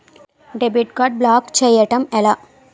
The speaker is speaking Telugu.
డెబిట్ కార్డ్ బ్లాక్ చేయటం ఎలా?